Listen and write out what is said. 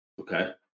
Okay